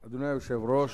היושב-ראש,